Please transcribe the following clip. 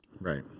Right